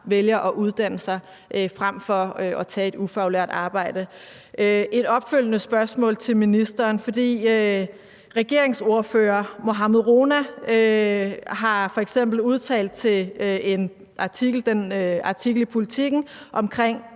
vælger at uddanne sig frem for at tage et ufaglært arbejde. Jeg har et opfølgende spørgsmål til ministeren. Ordfører for et af regeringspartierne Mohammad Rona har f.eks. udtalt følgende i en artikel i Politiken omkring,